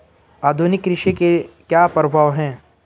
आधुनिक कृषि के क्या प्रभाव हैं?